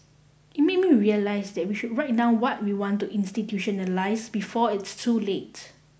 it made me realise that we should write down what we want to institutionalise before it's too late